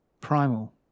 primal